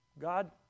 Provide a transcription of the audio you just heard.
God